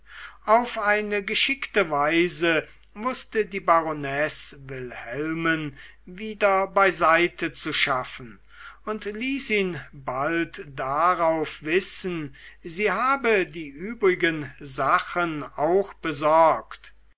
auf eine geschickte weise wußte die baronesse wilhelmen wieder beiseitezuschaffen und ließ ihn bald darauf wissen sie habe die übrigen sachen auch besorgt